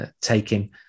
taking